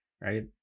right